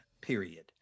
period